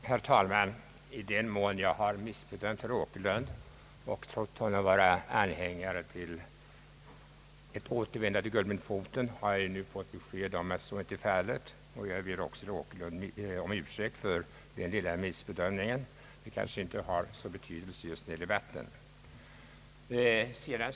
Herr talman! I den mån jag missbedömt herr Åkerlund och trott honom vara anhängare av ett återinförande av guldmyntfoten har jag nu fått besked om att han ej är det. Jag ber herr Åkerlund om ursäkt för den lilla missbedömningen. Den kanske inte har så stor betydelse just i den här debatten.